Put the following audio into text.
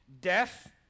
death